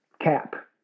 cap